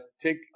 take